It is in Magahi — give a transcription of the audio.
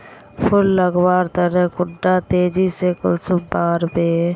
फुल लगवार तने कुंडा तेजी से कुंसम बार वे?